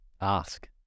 ask